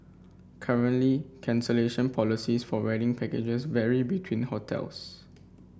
currently cancellation policies for wedding packages vary between hotels